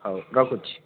ହଉ ରଖୁଛି